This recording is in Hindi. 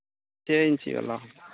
छः इंची वाला